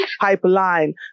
pipeline